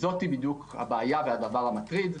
זו הבעיה והדבר המטריד.